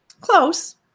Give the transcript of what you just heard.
Close